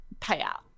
payout